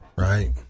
Right